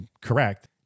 correct